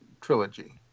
trilogy